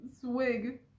Swig